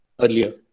earlier